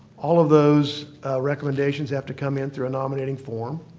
all of those recommendations have to come in through a nominating form.